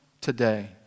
today